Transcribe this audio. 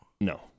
No